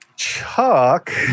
Chuck